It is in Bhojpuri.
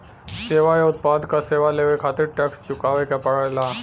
सेवा या उत्पाद क सेवा लेवे खातिर टैक्स चुकावे क पड़ेला